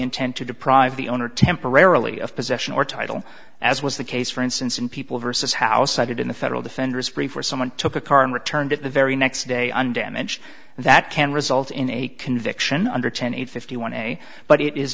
intent to deprive the owner temporarily of possession or title as was the case for instance in people versus house cited in the federal defenders prefer someone took a car and returned it the very next day undamaged and that can result in a conviction under ten eight fifty one a but it is